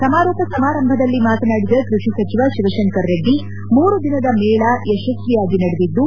ಸಮಾರೋಪ ಸಮಾರಂಭದಲ್ಲಿ ಮಾತನಾಡಿದ ಕೈಷಿ ಸಚಿವ ಶಿವಶಂಕರ್ ರೆಡ್ಡಿ ಮೂರುದಿನದ ಮೇಳ ಯಶಸ್ವಿಯಾಗಿ ನಡೆದಿದ್ದು